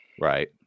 right